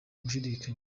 gushidikanya